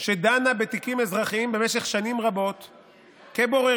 שדנה בתיקים אזרחיים במשך שנים רבות כבוררים,